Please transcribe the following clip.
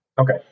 Okay